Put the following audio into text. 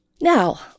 Now